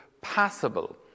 passable